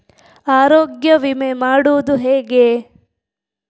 ಆರೋಗ್ಯ ವಿಮೆ ಮಾಡುವುದು ಹೇಗೆ?